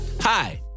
Hi